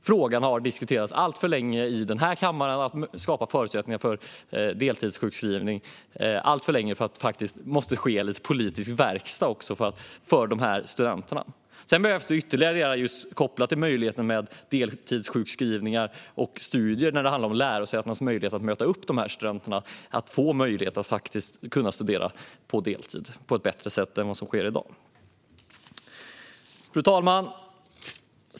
Frågan om att skapa förutsättningar för deltidssjukskrivning har diskuterats alltför länge i kammaren, och nu måste det bli lite politisk verkstad för studenterna. Vad gäller deltidssjukskrivning under studier måste dessutom lärosätenas möjlighet att möta upp dessa studenters behov av att studera på deltid förbättras. Fru talman!